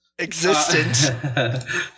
Existence